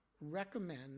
recommend